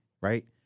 right